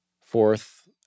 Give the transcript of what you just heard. Fourth